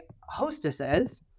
hostesses